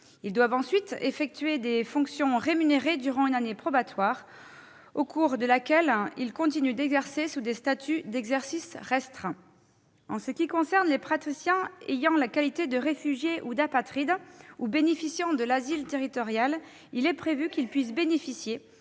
Ils doivent ensuite assurer des fonctions rémunérées durant une année probatoire, au cours de laquelle ils continuent d'exercer sous des statuts d'exercice restreint. En ce qui concerne les praticiens ayant la qualité de réfugié ou d'apatride ou bénéficiant de l'asile territorial, il est prévu qu'ils puissent bénéficier